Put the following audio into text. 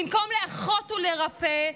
במקום לאחות ולרפא,